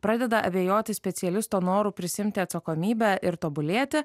pradeda abejoti specialisto noru prisiimti atsakomybę ir tobulėti